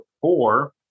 four